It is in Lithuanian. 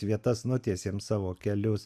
vietas nutiesėm savo kelius